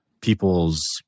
people's